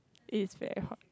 it is very hot